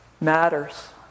matters